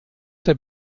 der